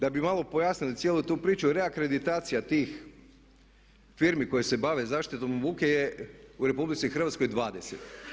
Da bi malo pojasnili cijelu tu priču, reakreditacija tih firmi koji se bave zaštitom od buke je u RH 20.